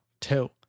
two